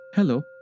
Hello